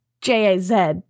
J-A-Z